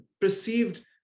perceived